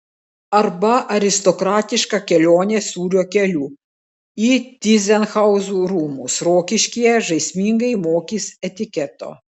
arba aristokratiška kelionė sūrio keliu į tyzenhauzų rūmus rokiškyje žaismingai mokys etiketo